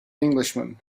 englishman